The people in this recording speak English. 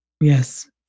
Yes